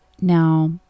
Now